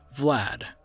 Vlad